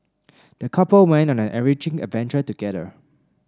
the couple went on an enriching adventure together